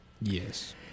Yes